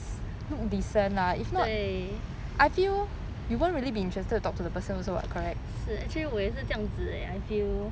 对是 actually 我也是这样子 leh I feel